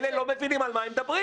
אלה, לא מבינים על מה הם מדברים.